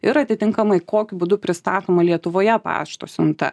ir atitinkamai kokiu būdu pristatoma lietuvoje pašto siunta